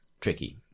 tricky